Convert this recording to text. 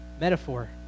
Metaphor